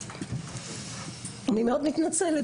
אני מאוד מתנצלת,